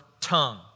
tongue